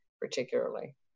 particularly